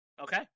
Okay